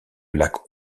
lac